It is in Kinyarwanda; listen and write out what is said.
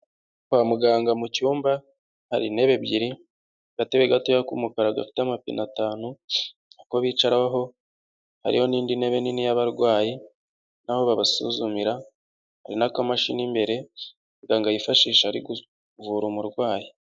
Kwa muganga mu cyumba hari intebe ebyiri, agatebe gatoya k'umukara gafite amapine atanu ko bicaraho, hariho n'indi ntebe nini y'abarwayi n'aho babasuzumira, hari n'akamashini imbere muganga yifashisha ari kuvura umurwayi.